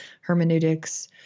hermeneutics